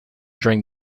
during